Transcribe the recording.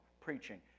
preaching